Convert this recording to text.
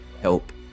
help